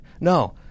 no